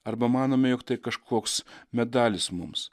arba manome jog tai kažkoks medalis mums